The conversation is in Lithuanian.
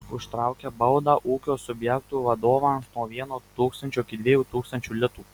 užtraukia baudą ūkio subjektų vadovams nuo vieno tūkstančio iki dviejų tūkstančių litų